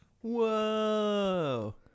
Whoa